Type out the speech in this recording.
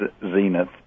zenith